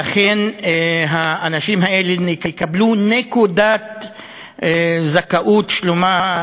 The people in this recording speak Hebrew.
ואכן האנשים האלה יקבלו נקודת זכאות שלמה,